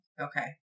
Okay